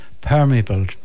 permeable